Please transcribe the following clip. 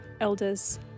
elders